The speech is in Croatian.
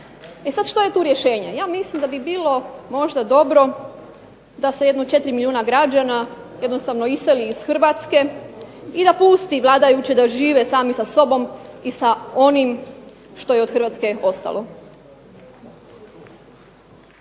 E sad što je tu rješenje? Ja mislim da bi bilo možda dobro da se jedno 4 milijuna građana jednostavno iseli iz Hrvatske i da pusti vladajuće da žive sami sa sobom i sa onim što je od Hrvatske ostalo.